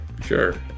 sure